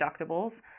deductibles